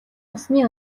усны